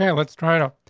yeah lets try, toe.